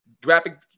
graphic